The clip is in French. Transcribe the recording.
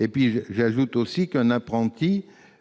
En outre, un apprenti